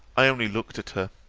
i only looked at her,